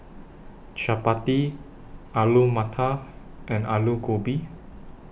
Chapati Alu Matar and Alu Gobi